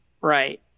Right